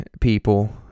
people